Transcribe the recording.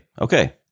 Okay